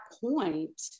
point